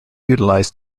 utilized